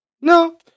No